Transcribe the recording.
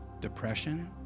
depression